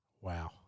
Wow